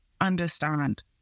understand